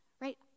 right